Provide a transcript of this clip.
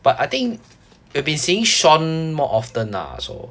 but I think we have been seeing shawn more often lah so